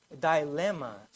dilemmas